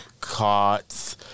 cots